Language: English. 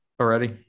already